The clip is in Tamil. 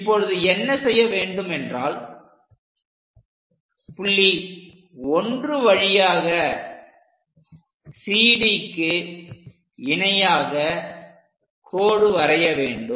இப்பொழுது என்ன செய்ய வேண்டும் என்றால் புள்ளி 1 வழியாக CDக்கு இணையாக கோடு வரைய வேண்டும்